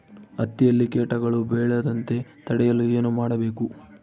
ಹತ್ತಿಯಲ್ಲಿ ಕೇಟಗಳು ಬೇಳದಂತೆ ತಡೆಯಲು ಏನು ಮಾಡಬೇಕು?